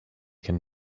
can